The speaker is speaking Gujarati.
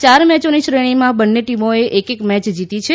ચાર મેચોની શ્રેણીમાં બંન્ને ટીમોએ એક એક મેચ જીતી છે